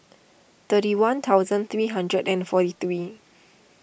thirty one thousand three hundred and forty three